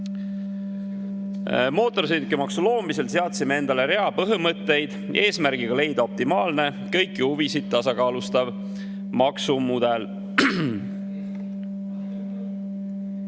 Mootorsõidukimaksu loomisel seadsime endale rea põhimõtteid eesmärgiga leida optimaalne, kõiki huvisid tasakaalustav maksumudel.